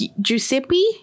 Giuseppe